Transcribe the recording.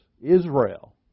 Israel